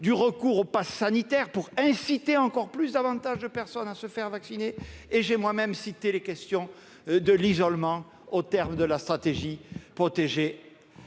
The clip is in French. du recours au pass sanitaire, pour inciter encore plus de personnes à se faire vacciner ; et j'ai moi-même cité les questions de l'isolement au terme de la stratégie « tester,